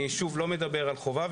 שוב, אני לא מדבר על חובה.